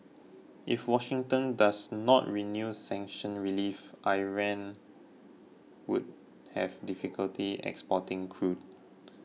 if Washington does not renew sanctions relief Iran would have difficulty exporting crude